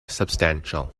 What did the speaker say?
substantial